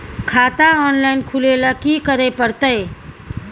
खाता ऑनलाइन खुले ल की करे परतै?